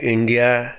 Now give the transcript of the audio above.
India